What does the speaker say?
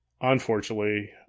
Unfortunately